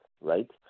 right